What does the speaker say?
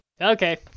Okay